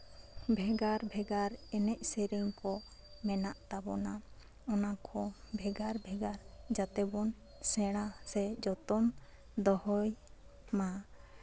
ᱵᱷᱮᱜᱟᱨ ᱵᱷᱮᱜᱟᱨ ᱮᱱᱮᱡ ᱥᱮᱨᱮᱧ ᱠᱚ ᱢᱮᱱᱟᱜ ᱛᱟᱵᱳᱱᱟ ᱚᱱᱟ ᱠᱚ ᱵᱷᱮᱜᱟ ᱵᱷᱮᱜᱟᱨ ᱡᱟᱛᱮ ᱵᱚᱱ ᱥᱮᱬᱟ ᱥᱮ ᱡᱚᱛᱚᱱ ᱫᱚᱦᱚᱭ ᱢᱟ